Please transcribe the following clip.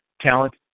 talent